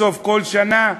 בסוף כל שנה?